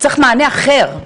צריך מענה אחר.